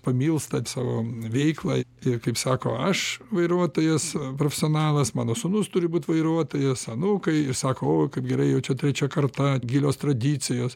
pamils taip savo veiklą ir kaip sako aš vairuotojas profesionalas mano sūnus turi būt vairuotojas anūkai ir sako o kaip gerai jau čia trečia karta gilios tradicijos